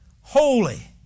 holy